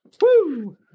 Woo